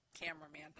cameraman